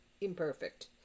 imperfect